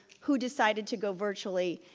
who decided to go virtually.